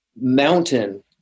mountain